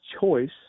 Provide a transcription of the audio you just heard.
choice